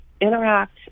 interact